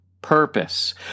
purpose